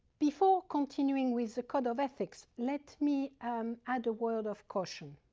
before continuing with the code of ethics, let me um add a word of caution.